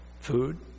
food